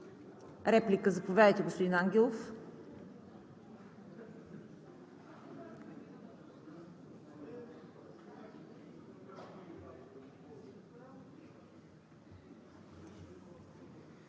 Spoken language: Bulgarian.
Реплика – заповядайте господин, Ангелов.